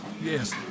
yes